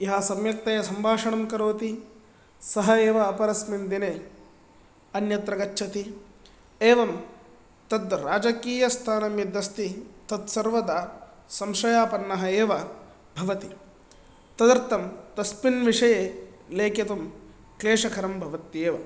यः सम्यक्तया सम्भाषणं करोति सः एव अपरस्मिन् दिने अन्यत्र गच्छति एवं तद् राजकीयस्थानं यद् अस्ति तत् सर्वदा संशयापन्नः एव भवति तदर्थं तस्मिन् विषये लेखितुं क्लेशकरं भवत्येव